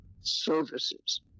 Services